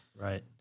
Right